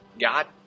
God